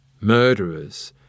murderers